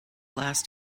last